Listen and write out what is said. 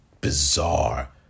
bizarre